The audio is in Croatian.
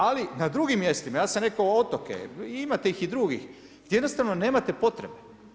Ali na drugim mjestima, ja sam rekao otoke, imate ih i drugih, vi jednostavno nemate potrebe.